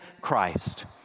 Christ